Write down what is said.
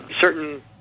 certain